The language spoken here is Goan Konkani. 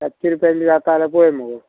सातशीं रुपयान बी जाता जाल्या पय मुगो